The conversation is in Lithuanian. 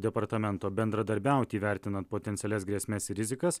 departamento bendradarbiauti įvertinant potencialias grėsmes ir rizikas